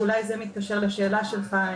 ואולי זה מתקשר לשאלה שלך,